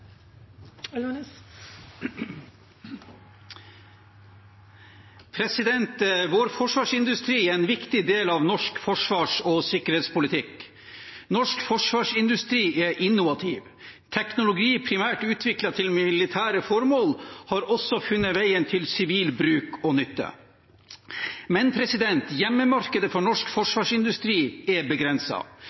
Vår forsvarsindustri er en viktig del av norsk forsvars- og sikkerhetspolitikk. Norsk forsvarsindustri er innovativ. Teknologi primært utviklet til militære formål har også funnet veien til sivil bruk og nytte. Men hjemmemarkedet for norsk forsvarsindustri er